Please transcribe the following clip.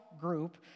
group